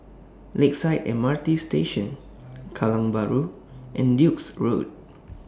Lakeside M R T Station Kallang Bahru and Duke's Road